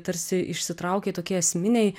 tarsi išsitraukė tokie esminiai